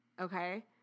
okay